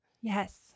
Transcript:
Yes